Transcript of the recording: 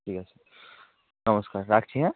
ঠিক আছে নমস্কার রাখছি হ্যাঁ